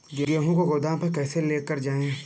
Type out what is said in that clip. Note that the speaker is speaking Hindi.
गेहूँ को गोदाम पर कैसे लेकर जाएँ?